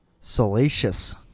salacious